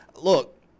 Look